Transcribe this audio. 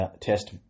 test